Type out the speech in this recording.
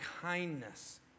kindness